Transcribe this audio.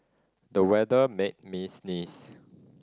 the weather made me sneeze